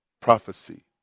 prophecy